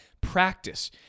practice